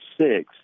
six